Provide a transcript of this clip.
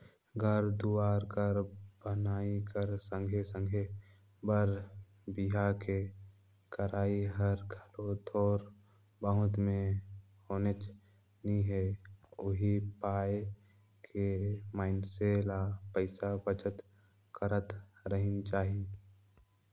घर दुवार कर बनई कर संघे संघे बर बिहा के करई हर घलो थोर बहुत में होनेच नी हे उहीं पाय के मइनसे ल पइसा बचत करत रहिना चाही